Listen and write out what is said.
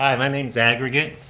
um my name's aggregate.